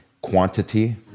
quantity